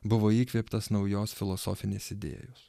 buvo įkvėptas naujos filosofinės idėjos